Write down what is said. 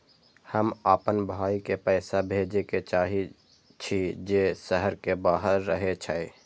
हम आपन भाई के पैसा भेजे के चाहि छी जे शहर के बाहर रहे छै